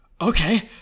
okay